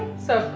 so